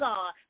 God